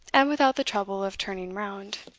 and without the trouble of turning round.